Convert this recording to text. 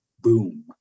boom